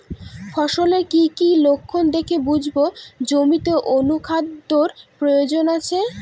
ফসলের কি কি লক্ষণ দেখে বুঝব জমিতে অনুখাদ্যের প্রয়োজন আছে?